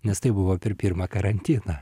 nes tai buvo per pirmą karantiną